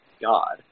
God